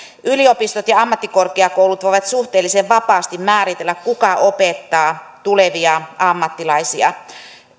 yliopistot ja ammattikorkeakoulut voivat suhteellisen vapaasti määritellä kuka opettaa tulevia ammattilaisia